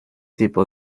tipo